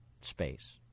space